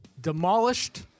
demolished